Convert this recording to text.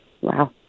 Wow